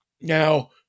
Now